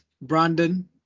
Brandon